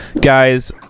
Guys